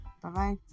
Bye-bye